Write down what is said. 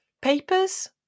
papers